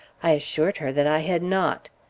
i assured her that i had not.